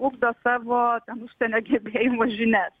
ugdo savo užsienio gebėjimų žinias